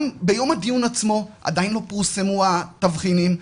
גם ביום הדיון עצמו עדיין לא פורסמו התבחינים.